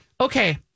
Okay